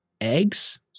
eggs